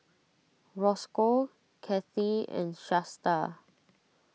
Roscoe Cathie and Shasta